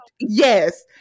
yes